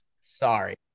sorry